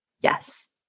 yes